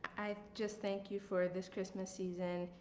i just thank you for this christmas season.